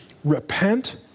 Repent